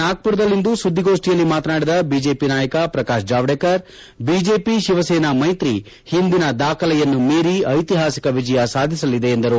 ನಾಗ್ವುರ್ ದಲ್ಲಿಂದು ಸುದ್ದಿಗೋಷ್ಟಿಯಲ್ಲಿ ಮಾತನಾಡಿದ ಬಿಜೆಪಿ ನಾಯಕ ಪ್ರಕಾಶ್ ಜಾವ್ದೇಕರ್ ಬಿಜೆಪಿ ಶಿವಸೇನಾ ಮೈತ್ರಿ ಹಿಂದಿನ ದಾಖಲೆಯನ್ನು ಮೀರಿ ಐತಿಹಾಸಿಕ ವಿಜಯ ಸಾಧಿಸಲಿದೆ ಎಂದರು